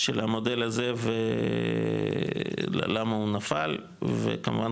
של המודל הזה ולמה הוא נפל וכמובן,